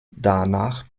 danach